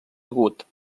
agut